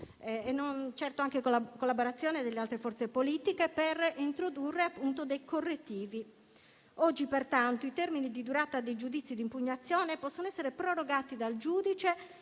pesantemente con la collaborazione delle altre forze politiche per introdurre dei correttivi. Oggi, pertanto, i termini di durata dei giudizi di impugnazione possono essere prorogati dal giudice